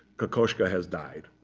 kokoschka has died.